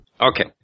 Okay